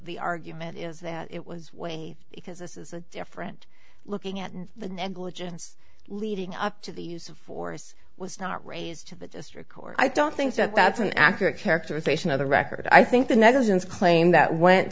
argument is that it was way because this is a different looking at the negligence leading up to the use of force was not raised to the district court i don't think that that's an accurate characterization of the record i think the negligence claim that went